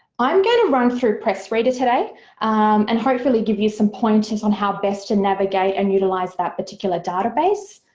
i'm going to run through pressreader today and hopefully give you some pointers on how best to navigate and utilize that particular database.